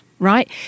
Right